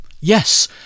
Yes